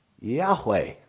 Yahweh